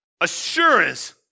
assurance